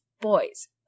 boys